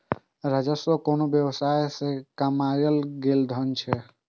राजस्व कोनो व्यवसाय सं कमायल गेल धन छियै